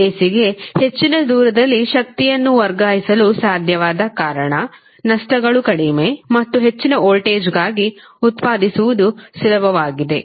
AC ಗೆ ಹೆಚ್ಚಿನ ದೂರದಲ್ಲಿ ಶಕ್ತಿಯನ್ನು ವರ್ಗಾಯಿಸಲು ಸಾಧ್ಯವಾದ ಕಾರಣ ನಷ್ಟಗಳು ಕಡಿಮೆ ಮತ್ತು ಹೆಚ್ಚಿನ ವೋಲ್ಟೇಜ್ಗಾಗಿ ಉತ್ಪಾದಿಸುವುದು ಸುಲಭವಾಗಿದೆ